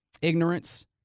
ignorance